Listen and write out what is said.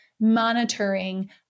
monitoring